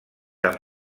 amb